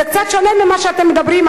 זה קצת שונה ממה שאתם מדברים,